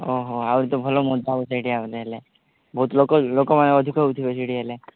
ଓହୋ ଆହୁରି ତ ଭଲ ମୁଦ୍ଦା ହେଉଛି ସେଇଠି ଆଗରେ ହେଲେ ବହୁତ ଲୋକ ଲୋକମାନେ ଅଧିକ ହେଉଥିବେ ସେଇଠି ହେଲେ